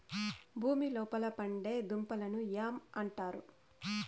భూమి లోపల పండే దుంపలను యామ్ అంటారు